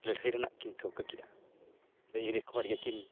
ᱞᱟᱹᱲᱦᱟᱹᱭ ᱨᱮᱱᱟᱜ ᱠᱤᱱ ᱴᱷᱟᱹᱣᱠᱟᱹ ᱠᱮᱜᱼᱟ ᱤᱝᱨᱮᱹᱡᱽ ᱦᱚᱲ ᱜᱮᱠᱤᱱ